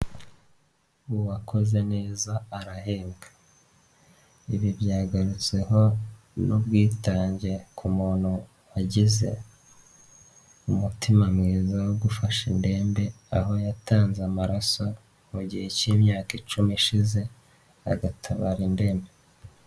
Uwakoze neza arahembwa. Ibi byagarutseho n'ubwitange ku muntu wagize umutima mwiza wo gufasha indembe, aho yatanze amaraso mu gihe cy'imyaka icumi ishize, agatabara indembe.